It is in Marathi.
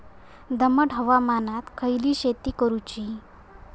दमट हवामानात खयली शेती करूची?